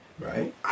Right